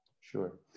Sure